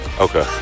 Okay